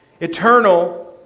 Eternal